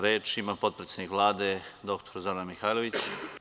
Reč ima potpredsednik Vlade dr Zorana Mihajlović.